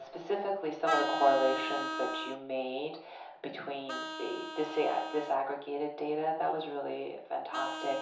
specifically, some of the correlations that you made between the the so yeah disaggregated data, that was really fantastic.